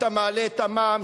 אתה מעלה את המע"מ,